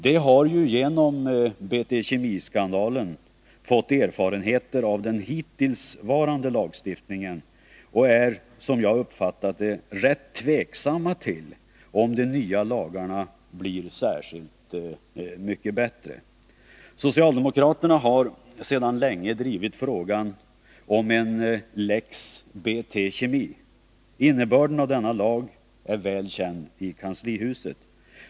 De har ju genom BT Kemi-skandalen fått erfarenheter av den hittillsvarande lagstiftningen och är, som jag uppfattat det, rätt tveksamma till om de nya lagarna blir särskilt mycket bättre. Socialdemokraterna har sedan länge drivit frågan om en ”Lex BT Kemi”. Innebörden av denna lag är väl känd i kanslihuset.